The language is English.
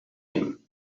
him